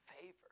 favor